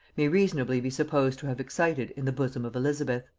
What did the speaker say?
may reasonably be supposed to have excited in the bosom of elizabeth.